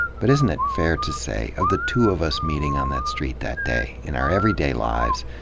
but isn't it fair to say, of the two of us meeting on that street that day, in our everyday lives,